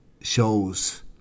shows